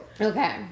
Okay